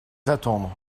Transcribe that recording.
attendre